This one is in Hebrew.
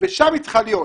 ושם היא צריכה להיות.